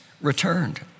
returned